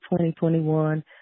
2021